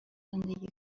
زندگی